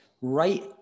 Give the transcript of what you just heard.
right